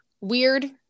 Weird